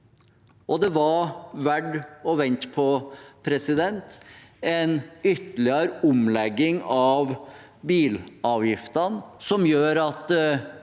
det var verdt å vente på en ytterligere omlegging av bilavgiftene som gjør at